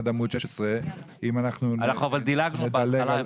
עד עמוד 16. אבל אנחנו דילגנו בהתחלה.